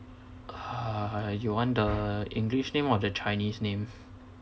uh you want the english name or the chinese name